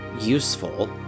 useful